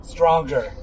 Stronger